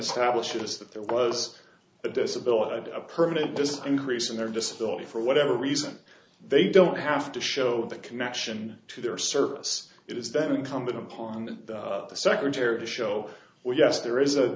establishes that there was a disability a permanent this increase in their disability for whatever reason they don't have to show a connection to their service it is then incumbent upon the secretary to show where yes there is a